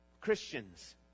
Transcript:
christians